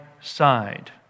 side